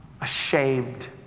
ashamed